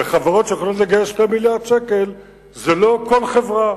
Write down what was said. וחברות שיכולות לגייס 2 מיליארדי שקלים זה לא כל חברה,